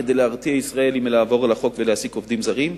כדי להרתיע ישראלים מלעבור על החוק ולהעסיק עובדים זרים.